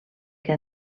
que